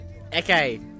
Okay